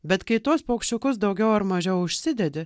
bet kai tuos paukščiukus daugiau ar mažiau užsidedi